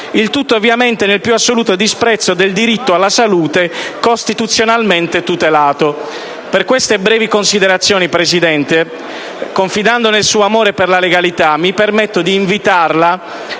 il tutto ovviamente nel piu assoluto disprezzo del diritto alla salute costituzionalmente tutelato. Per queste brevi considerazioni, signor Presidente, confidando nel suo amore per la legalita, mi permetto di invitarla,